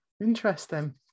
interesting